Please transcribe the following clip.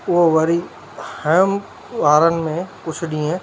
उओ वरी हयुमि वारनि में कुझु ॾींहं